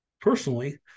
personally